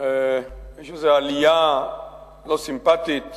יש עלייה לא סימפתית